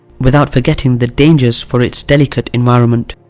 without forgetting the dangers for its delicate environment.